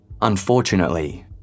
Unfortunately